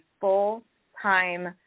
full-time